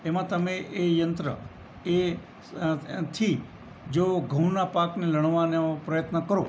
એમાં તમે એ યંત્ર એ થી જો ઘઉંના પાકને લણવાનો પ્રયત્ન કરો